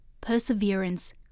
perseverance